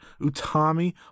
Utami